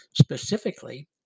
Specifically